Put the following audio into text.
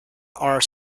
are